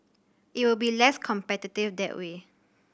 it will be less competitive that way